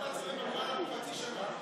ועדת השרים אמרה חצי שנה.